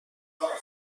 فاصله